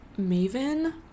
Maven